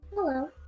hello